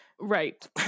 Right